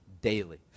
daily